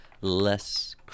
less